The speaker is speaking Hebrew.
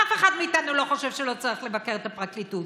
אף אחד מאיתנו לא חושב שלא צריך לבקר את הפרקליטות.